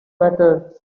better